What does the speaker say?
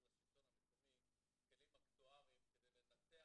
לשלטון המקומי כלים אקטואריים כדי לנתח